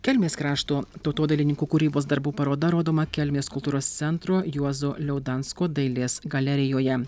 kelmės krašto tautodailininkų kūrybos darbų paroda rodoma kelmės kultūros centro juozo liaudansko dailės galerijoje